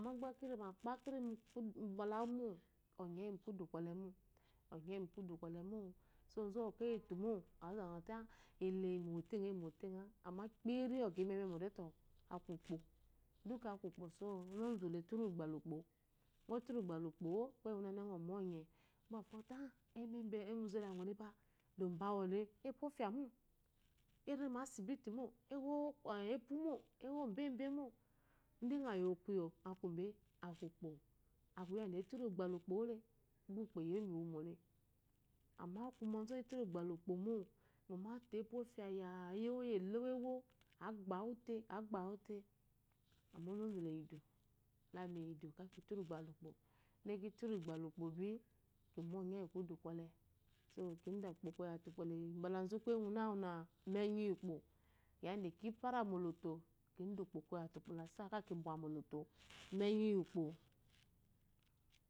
Mogbe kirme kpekiri misowu bade wu mu onye eyi mukudu golemo onye eyi mukudu gole mo onye eyi mukudu ŋole mol so onzumwu eyitumo azte eleeyimo wotengi emitenge amma kyiriyi aku ukpo ozonzu le turu gbala ukpo ngo gbe wkpo kuye gune-na ngo monye, mbefo ozɔte ozele angolebe de obawale epuofiamo, eremu esibilimo, ewoepumo, ewobebe mo ide ngo yowu kuyo akube aku'u kpo aku yids etum gbela ukpowule gba ukpo yewu menwemole amma kuma onzuwe tum gbel ukpmo ngo mate epu efiaya, iyowoyi elowu ewo, agbawu te agbawute amma ozozu leyidu latuyidu ke kifunu kigbalukpo in kitum gbele nkpo bi kimonye yi kudu gole so ki daa ukpo koyete leyi badezu kuye-gune-na enyi ukpo yada te fare moloto kidaa ukpo lese ke kibwe moloto menyi yi ukpo